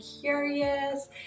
curious